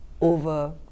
over